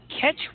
catch